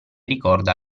ricorda